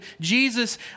Jesus